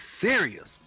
serious